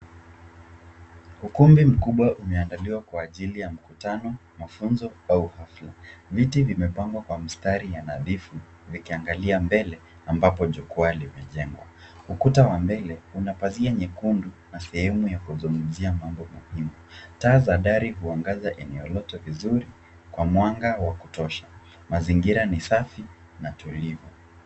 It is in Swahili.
Ukumbi mkubwa umeandaliwa kwa ajili ya mkutano, mafunzo au hafla. Viti vimepangwa kwa mstari ya nadhifu vikiangalia mbele ambapo jukwa limejengwa. Ukuta wa mbele una pazia nyekundu na sehemu ya kuzungumzia mambo muhimu. Taa za dari huangaza eneo lote vizuri kwa mwanga wa kutosha. Mazingira ni safi na tulivu.